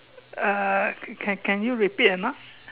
uh can can you repeat or not